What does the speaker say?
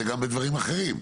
גם בדברים אחרים,